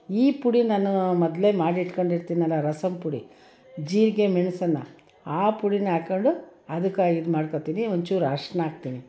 ಈ ಪುಡಿ ನಾನು ಮೊದಲೇ ಮಾಡಿಡ್ಕೊಂಡಿರ್ತೀನಲ್ಲ ರಸಮ್ ಪುಡಿ ಜೀರಿಗೆ ಮೆಣಸನ್ನ ಆ ಪುಡಿನ ಹಾಕ್ಕೊಂಡು ಅದಕ್ಕೆ ಇದು ಮಾಡ್ಕೊಳ್ತೀನಿ ಒಂಚೂರು ಅರಶಿನ ಹಾಕ್ತೀನಿ